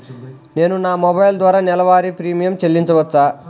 నేను నా మొబైల్ ద్వారా నెలవారీ ప్రీమియం చెల్లించవచ్చా?